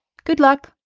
good luck!